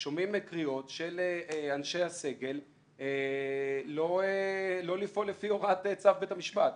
של אנשי הסגל לא לפעול לפי הוראת צו בית המשפט,